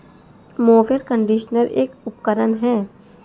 mower conditioner एक उपकरण है